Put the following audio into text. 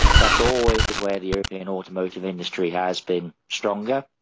that's always where the european automotive industry has been stronger.